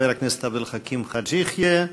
חבר הכנסת עבד אל חכים חאג' יחיא,